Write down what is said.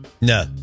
No